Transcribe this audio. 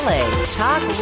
Talk